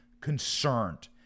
concerned